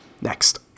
Next